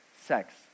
sex